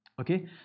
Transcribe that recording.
okay